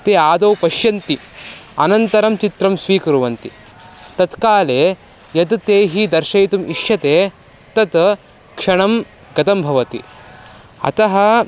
ते आदौ पश्यन्ति अनन्तरं चित्रं स्वीकुर्वन्ति तत्काले यत् तैः दर्शयितुम् इष्यते तत् क्षणं गतं भवति अतः